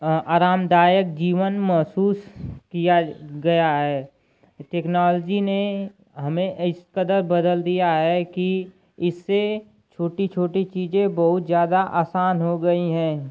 अरामदायक जीवन महसूस किया गया है टेक्नॉलजी ने हमें इस कदर बदल दिया है की इसे छोटी छोटी चीज़ें बहुत ज़्यादा असान हो गई हैं